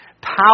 Power